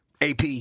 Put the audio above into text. AP